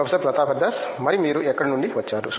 professor Pratap Haridas మరి మీరు ఎక్కడ నుండి వచ్చారు